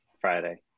Friday